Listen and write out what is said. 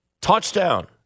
touchdown